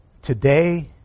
Today